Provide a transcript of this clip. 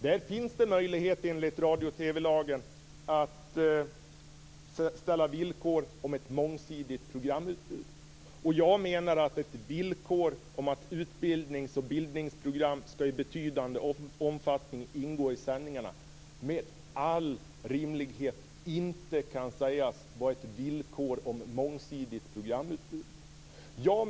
Där finns det enligt radio och TV lagen möjlighet att ställa villkor om ett mångsidigt programutbud. Jag menar att ett villkor om att utbildnings och bildningsprogram i betydande omfattning skall ingå i sändningarna inte med någon rimlighet kan sägas vara ett villkor om mångsidigt programutbud.